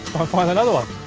find another one.